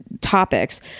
topics